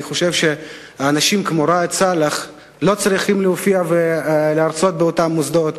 אני חושב שאנשים כמו ראאד סלאח לא צריכים להופיע ולהרצות באותם מוסדות.